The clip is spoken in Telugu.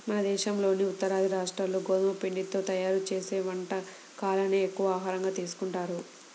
మన దేశంలోని ఉత్తరాది రాష్ట్రాల్లో గోధుమ పిండితో తయ్యారు చేసే వంటకాలనే ఎక్కువగా ఆహారంగా తీసుకుంటారంట